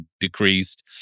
decreased